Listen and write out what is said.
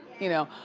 you know?